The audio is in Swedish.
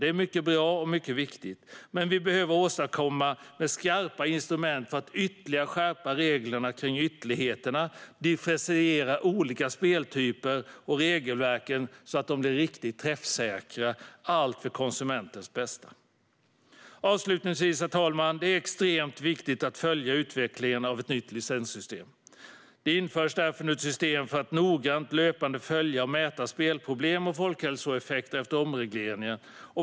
Det är mycket bra och mycket viktigt, men vi behöver återkomma med skarpa instrument för att ytterligare skärpa reglerna kring ytterligheterna och differentiera olika speltyper och regelverk så att de blir riktigt träffsäkra - allt för konsumentens bästa. Avslutningsvis, herr talman, är det extremt viktigt att följa utvecklingen av ett nytt licenssystem. Det införs därför nu ett system för att noggrant och löpande följa och mäta spelproblem och folkhälsoeffekter efter omregleringen.